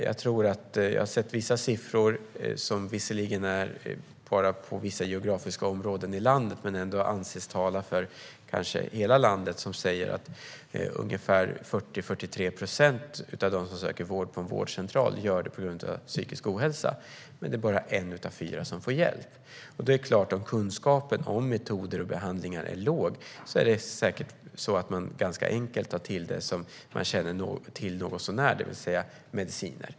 Jag har sett siffror, som visserligen bara gäller vissa geografiska områden i landet men ändå anses tala för hela landet, som säger att 40-43 procent av dem som söker vård på en vårdcentral gör det på grund av psykisk ohälsa. Men bara en av fyra får hjälp. Om kunskapen om metoder och behandlingar är låg är det kanske enkelt att ta till det man känner till något så när, det vill säga mediciner.